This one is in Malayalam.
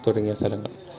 തുടങ്ങിയ സ്ഥലങ്ങൾ